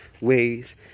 ways